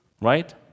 Right